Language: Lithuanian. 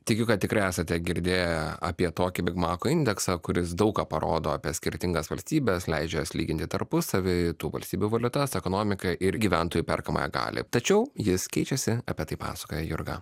tikiu kad tikrai esate girdėję apie tokį bigmako indeksą kuris daug ką parodo apie skirtingas valstybes leidžia jas lyginti tarpusavyj tų valstybių valiutas ekonomiką ir gyventojų perkamąją galią tačiau jis keičiasi apie tai pasakoja jurga